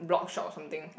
blog shop or something